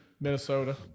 Minnesota